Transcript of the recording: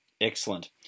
Excellent